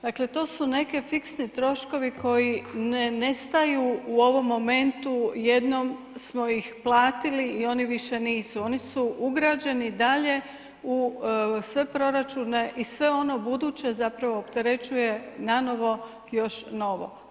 Dakle to su neki fiksni troškovi koji ne nestaju u ovom momentu, jednom smo ih platili i oni više nisu, oni su ugrađeni dalje u sve proračunu i sve ono buduće zapravo opterećuje nanovo još novo.